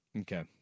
Okay